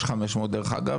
יש 500 דרך אגב,